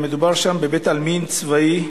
מדובר שם בבית-עלמין צבאי,